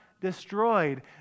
destroyed